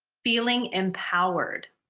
feeling empowered.